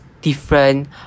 different